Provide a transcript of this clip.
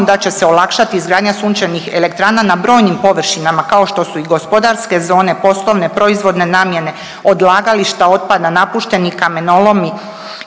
da će se olakšati izgradnja sunčanih elektrana na brojnim površinama, kao što su i gospodarske zone, poslovne, proizvodne namjene, odlagališta otpada, napušteni kamenolomi